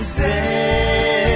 say